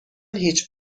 هیچ